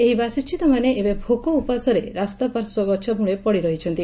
ଏହି ବାସଚ୍ୟୁତମାନେ ଏବେ ଭୋକ ଉପାସରେ ରାସ୍ତା ପାର୍ଶ୍ୱ ଗଛ ମିଳେ ପଡ଼ି ରହିଛନ୍ତି